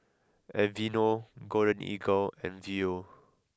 Aveeno Golden Eagle and Viu